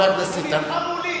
הוא נלחם מולי.